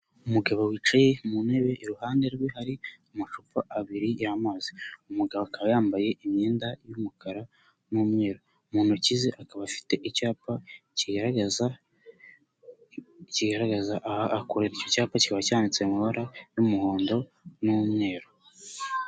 Umugabo wicaye mu ntebe iruhande rwe hari amacupa abiri y'amazi, umugabo akaba yambaye imyenda y'umukara n'umweru, mu ntoki ze akaba afite icyapa kigaragaza aho akorera, icyo cyapa kiba cyanditse mu mabara y'umuhondo n'umweru.